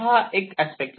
हा एक अस्पेक्ट झाला